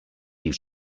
you